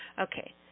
Okay